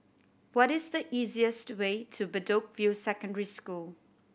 what is the easiest way to Bedok View Secondary School